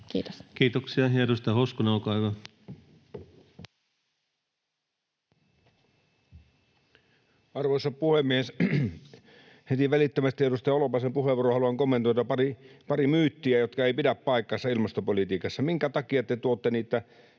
lopettamiseksi Time: 20:39 Content: Arvoisa puhemies! Heti välittömästi edustaja Holopaisen puheenvuoroa haluan kommentoida. Pari myyttiä, jotka eivät pidä paikkaansa ilmastopolitiikassa — minkä takia te tuotte